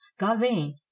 Gavain